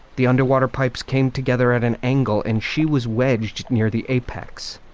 the underwater pipes came together at an angle, and she was wedged near the apex,